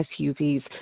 SUVs